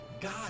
God